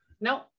no